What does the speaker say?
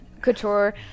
couture